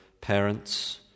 parents